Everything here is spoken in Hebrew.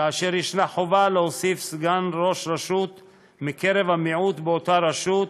כאשר ישנה חובה להוסיף סגן ראש רשות מקרב המיעוט באותה רשות,